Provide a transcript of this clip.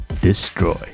destroy